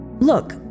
Look